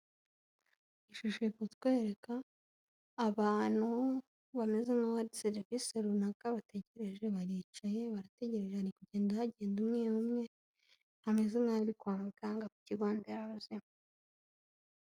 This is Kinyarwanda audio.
Ishusho iri kutwereka abantu bameze nk'aho hari serivisi runaka bategereje, baricaye barategeje bari kugenda hagenda umwe umwe, hameze nk'aho kwa muganga ku kigo nderabuzima.